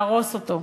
להרוס אותו.